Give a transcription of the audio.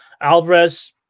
Alvarez